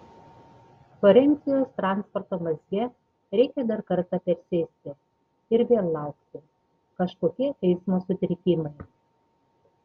florencijos transporto mazge reikia dar kartą persėsti ir vėl laukti kažkokie eismo sutrikimai